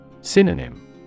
Synonym